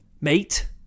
mate